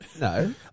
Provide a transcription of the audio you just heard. No